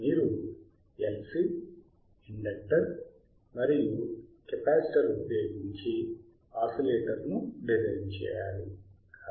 మీరు LC inductor మరియు capacitor ఉపయోగించి ఆసిలేటర్ను డిజైన్ చేయాలి